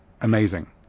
amazing